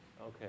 Okay